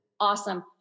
Awesome